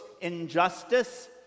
injustice